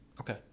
Okay